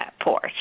porch